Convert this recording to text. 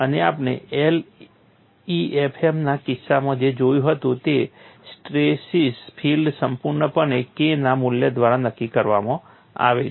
અને આપણે LEFM ના કિસ્સામાં જે જોયું હતું તે સ્ટ્રેસીસ ફીલ્ડ સંપૂર્ણપણે K ના મૂલ્ય દ્વારા નક્કી કરવામાં આવે છે